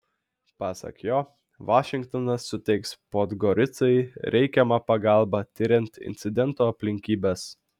pasak jo vašingtonas suteiks podgoricai reikiamą pagalbą tiriant incidento aplinkybes